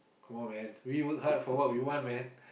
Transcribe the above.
come on man we work hard for what we want man